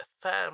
firm